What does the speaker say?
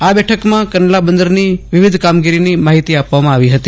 આ બેઠકમાં કંડલા બંદરની વિવિધ કામગીરીની માહિતી આપવામાં આવી હતી